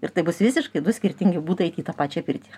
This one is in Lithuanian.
ir tai bus visiškai du skirtingi būdai eit į tą pačią pirtį